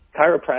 Chiropractic